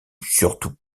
surtout